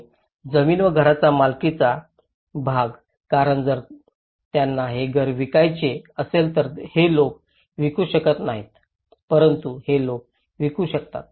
आणि जमीन व घराचा मालकीचा भाग कारण जर त्यांना हे घर विकायचे असेल तर हे लोक विकू शकत नाहीत परंतु हे लोक विकू शकतात